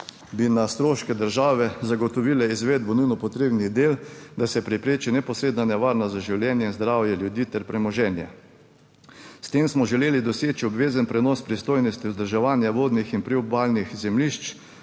bi na stroške države zagotovile izvedbo nujno potrebnih del, da se prepreči neposredna nevarnost za življenje in zdravje ljudi ter premoženje. S tem smo želeli doseči obvezen prenos pristojnosti vzdrževanja vodnih in priobalnih zemljišč